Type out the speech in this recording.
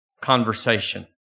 conversation